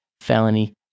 felony